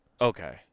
Okay